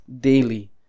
daily